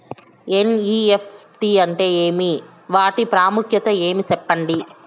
NEFT అంటే ఏమి వాటి ప్రాముఖ్యత ఏమి? సెప్పండి?